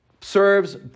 serves